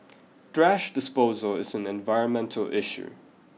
disposal is an environmental issue